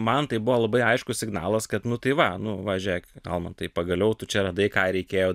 man tai buvo labai aiškus signalas kad nu tai va nu va žėk almantai pagaliau tu čia radai ką reikėjo